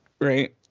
right